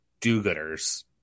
do-gooders